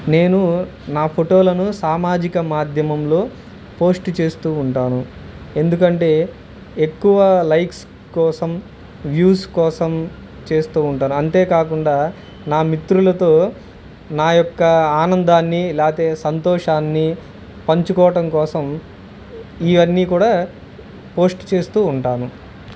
నేను నా ఫోటోలను సామాజిక మాధ్యమంలో పోస్ట్ చేస్తూ ఉంటాను ఎందుకంటే ఎక్కువ లైక్స్ కోసం వ్యూస్ కోసం చేస్తూ ఉంటాను అంతేకాకుండా నా మిత్రులతో నా యొక్క ఆనందాన్ని లేతే సంతోషాన్ని పంచుకోవటం కోసం ఇవన్నీ కూడా పోస్ట్ చేస్తూ ఉంటాను